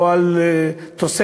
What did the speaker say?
לא על תוספת,